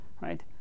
Right